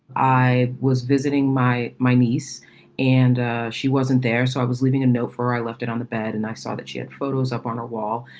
i was visiting my my niece and ah she wasn't there. so i was leaving a note for i left it on the bed and i saw that she had photos up on a wall.